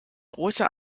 große